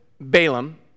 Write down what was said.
Balaam